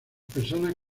personas